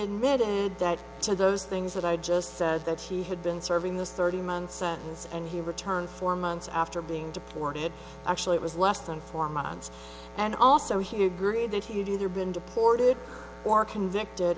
admitted that to those things that i just said that she had been serving this thirty month sentence and he returned four months after being deported actually it was less than four months and also he agreed that he had either been deported or convicted